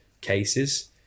cases